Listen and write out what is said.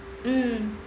mm